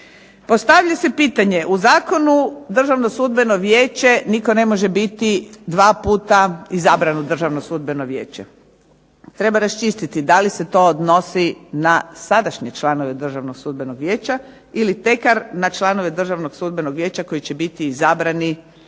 Postavlja se pitanje. U zakonu Državno sudbeno vijeće nitko ne može biti dva puta izabran u Državno sudbeno vijeće. Treba raščistiti da li se to odnosi na sadašnje članove Državnog sudbenog vijeća ili tekar na članove Državnog sudbenog vijeća koji će biti izabrani po novom